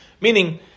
Meaning